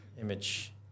image